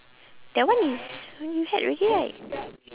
that one is you had already right